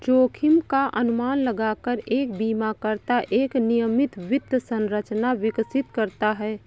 जोखिम का अनुमान लगाकर एक बीमाकर्ता एक नियमित वित्त संरचना विकसित करता है